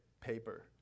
paper